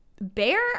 bear